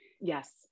Yes